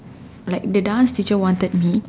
like the dance teacher wanted me